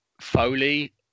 Foley